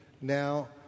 now